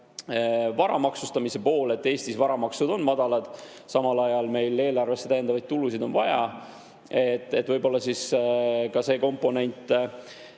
vara maksustamise pool. Eestis on varamaksud madalad, samal ajal on meil eelarvesse täiendavaid tulusid vaja, nii et võib-olla tasuks ka see komponent